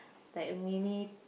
like a mini